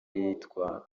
yitwa